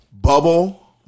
Bubble